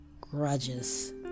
grudges